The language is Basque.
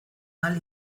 ahal